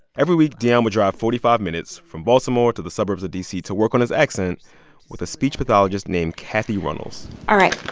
every week, deion would drive forty five minutes, from baltimore to the suburbs of d c, to work on his accent with a speech pathologist named cathy runnels all right.